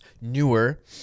newer